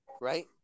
right